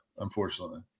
unfortunately